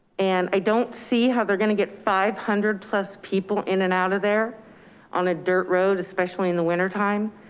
and i don't see how they're gonna get five hundred plus people in and out of there on a dirt road, especially in the winter time.